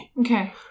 Okay